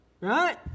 Right